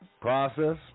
process